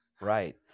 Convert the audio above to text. Right